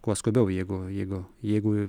kuo skubiau jeigu jeigu jeigu